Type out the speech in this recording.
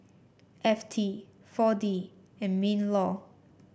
F T four D and Minlaw